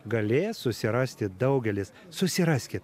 galės susirasti daugelis susiraskit